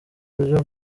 buryo